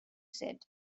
said